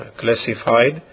classified